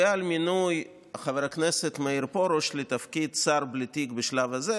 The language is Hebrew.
ועל מינוי חבר הכנסת מאיר פרוש לתפקיד שר בלי תיק בשלב הזה,